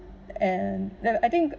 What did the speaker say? and then I think